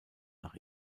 nach